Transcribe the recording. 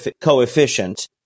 coefficient